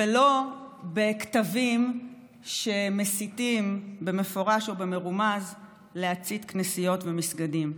ולא לכתבים שמסיתים במפורש או במרומז להצית כנסיות ומסגדים.